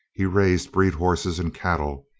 he raised breed horses and cattle.